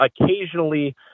occasionally